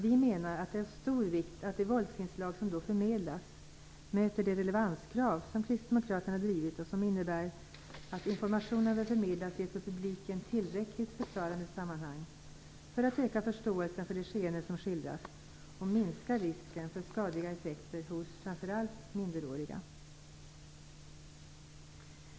Vi menar att det är av stor vikt att de våldsinslag som då förmedlas möter de relevanskrav som kristdemokraterna drivit och som innebär att informationen bör förmedlas i ett för publiken tillräckligt förklarande sammanhang för att öka förståelsen för det skeende som skildras och minska risken för skadliga effekter hos framför allt minderåriga.